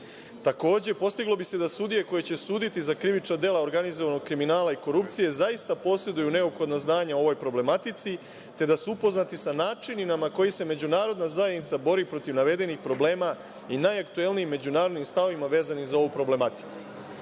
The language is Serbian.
Takođe, postiglo bi se da sudije koje će suditi za krivična dela organizovanog kriminala i korupcije zaista poseduju neophodna znanja u ovoj problematici, te da su upoznati sa načinima kojim se međunarodna zajednica bori protiv navedenih problema i najaktuelnijih međunarodnih stavova vezanih za ovu problematiku. Dakle,